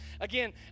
Again